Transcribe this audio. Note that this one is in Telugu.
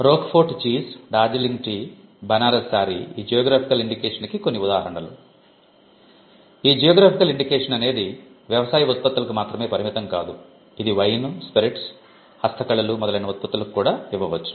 రోక్ఫోర్ట్ చీజ్ అనేది వ్యవసాయ ఉత్పత్తులకు మాత్రమే పరిమితం కాదు ఇది వైన్ స్పిరిట్స్ హస్తకళలు మొదలైన ఉత్పత్తులకు కూడా ఇవ్వవచ్చు